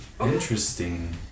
Interesting